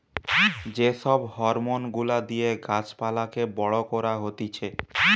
যে সব হরমোন গুলা দিয়ে গাছ পালাকে বড় করা হতিছে